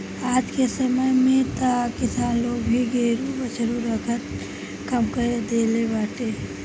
आजके समय में अब किसान लोग भी गोरु बछरू रखल कम कर देले बाटे